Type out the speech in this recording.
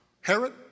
Herod